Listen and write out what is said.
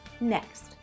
next